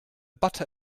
butter